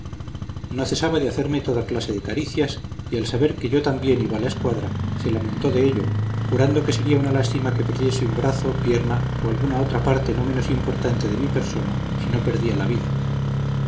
no cesaba de hacerme toda clase de caricias y al saber que yo también iba a la escuadra se lamentó de ello jurando que sería una lástima que perdiese un brazo pierna o alguna otra parte no menos importante de mi persona si no perdía la vida